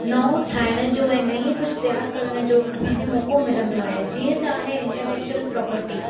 नओं ठाहिण जो ऐं नईंअ कुझु तैयारु करण जो असांखे मौको मिलंदो आहे जीअं त आहे इंटेलेक्चुअल प्रोपर्टी